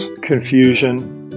confusion